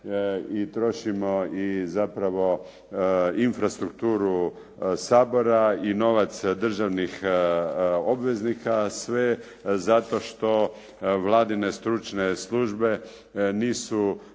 trošimo i zapravo infrastrukturu Sabora i novac državnih obveznika, sve zato što Vladine stručne službe nisu